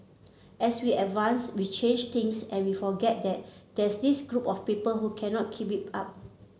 as we advance we change things and we forget that there's this group of people who cannot keep it up